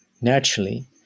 Naturally